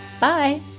Bye